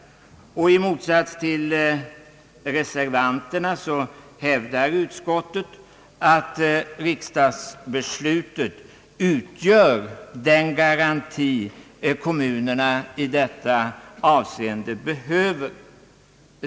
I mötsats till reservanterna hävdar utskottet att riksdagsbeslutet utgör den garanti som kommunerna i detta avseende behöver.